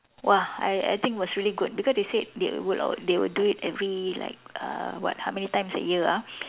!wah! I I think it was really good because they said they would they would do it every like uh what how many times a year ah